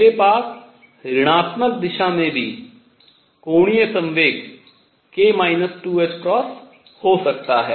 मेरे पास ऋणात्मक दिशा में भी कोणीय संवेग k 2ℏ हो सकता है